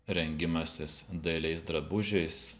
rengimasis dailiais drabužiais